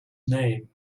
name